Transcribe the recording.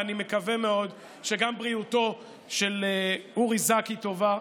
ואני מקווה מאוד שגם בריאותו של אורי זכי טובה,